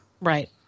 Right